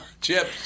Chips